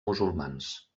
musulmans